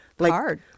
hard